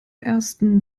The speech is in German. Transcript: ersten